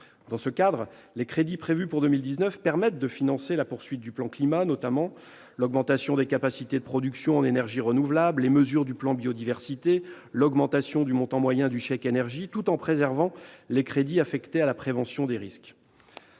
Dans ce cadre, les crédits prévus pour 2019 permettent de financer la poursuite du plan Climat, notamment l'augmentation des capacités de production en énergies renouvelables, les mesures du plan Biodiversité, l'augmentation du montant moyen du chèque énergie, tout en préservant les crédits affectés à la prévention des risques.